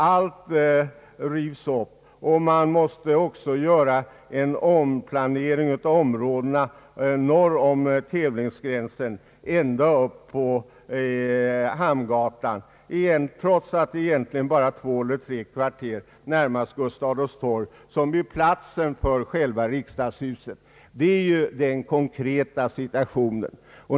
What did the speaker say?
Allt rivs upp, och man måste också göra en omplanering av områdena norr om tävlingsgränsen ända upp till Hamngatan, trots att det egentligen bara är fråga om två eller tre kvarter närmast Gustav Adolf torg som blir platsen för själva riksdagshuset. Det är den konkreta situationen.